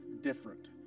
different